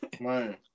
Man